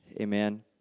Amen